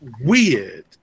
Weird